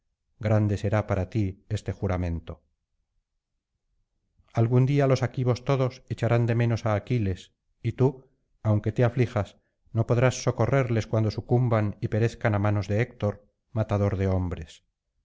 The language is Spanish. grande será para ti este juramento algún día los aquivos todos echarán dé menos á aquiles y tú aunque te aflijas no podrás socorrerles cuando sucumban y perezcan á manos de héctor matador de hombres